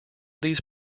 these